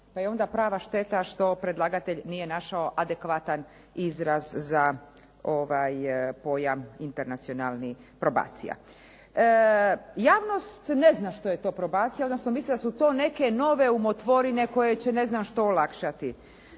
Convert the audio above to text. pa je onda prava šteta što predlagatelj nije našao adekvatan izraz za ovaj pojam internacionalni probacija. Javnost ne zna što je to probacija, odnosno misli da su to neke nove umotvorine koje će ne znam što olakšati.